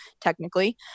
technically